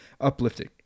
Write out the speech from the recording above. uplifting